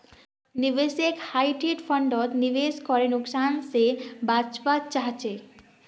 निवेशक हाइब्रिड फण्डत निवेश करे नुकसान से बचवा चाहछे